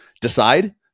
decide